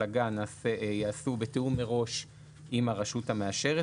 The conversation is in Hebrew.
ההפלגה ייעשו בתיאום מראש עם הרשות המאשרת,